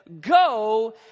go